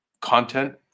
Content